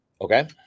Okay